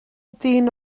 dyn